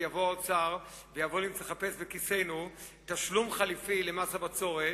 יבוא האוצר לחפש בכיסינו תשלום חלופי למס הבצורת,